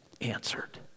answered